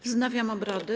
Wznawiam obrady.